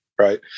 right